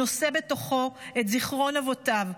הנושא בתוכו את זיכרון אבותיו,